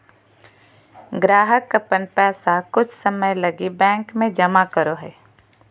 ग्राहक अपन पैसा कुछ समय लगी बैंक में जमा करो हइ